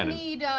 and need